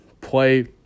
play